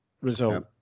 result